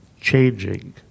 changing